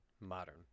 Modern